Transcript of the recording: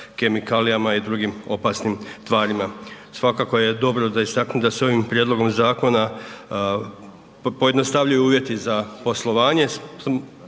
kemikalijama i drugim opasnim tvarima. Svakako je dobro da istaknem da se ovim prijedlogom zakona pojednostavljuju uvjeti za poslovanje,